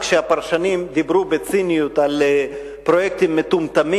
כשהפרשנים דיברו בציניות על פרויקטים מטומטמים